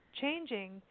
changing